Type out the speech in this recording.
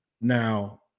Now